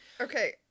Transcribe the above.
Okay